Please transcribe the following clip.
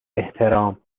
احترام